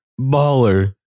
baller